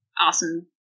Awesome